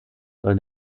soll